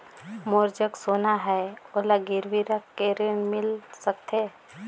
मोर जग सोना है ओला गिरवी रख के ऋण मिल सकथे?